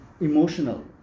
emotional